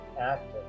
active